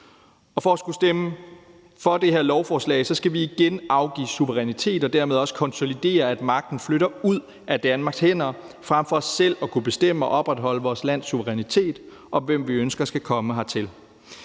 for at skulle stemme for det her lovforslag skal vi igen afgive suverænitet og dermed også konsolidere, at magten flytter ud af Danmarks hænder frem for selv at kunne bestemme og opretholde vores lands suverænitet, og hvem vi ønsker skal komme hertil.